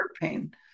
pain